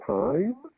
time